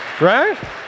Right